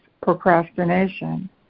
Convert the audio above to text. procrastination